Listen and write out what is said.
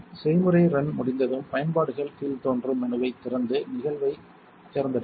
செயல்முறை ரன் முடிந்ததும் பயன்பாடுகள் கீழ்தோன்றும் மெனுவைத் திறந்து நிகழ்வைத் தேர்ந்தெடுக்கவும்